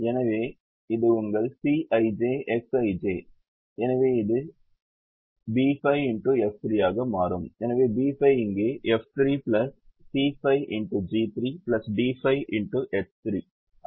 எனவே இது உங்கள் Cij Xij எனவே இது B5xF3 ஆக மாறும் எனவே B5 இங்கே F3 C5xG3 D5xH3 ஆக உள்ளது